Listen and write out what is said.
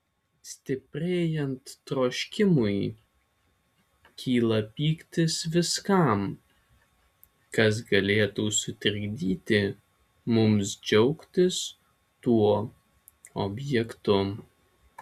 stiprėjant troškimui kyla pyktis viskam kas galėtų sutrukdyti mums džiaugtis tuo objektu